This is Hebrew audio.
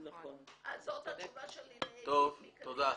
דווקא שם הכי הרבה עובדים זרים רוצים לעבוד,